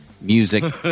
music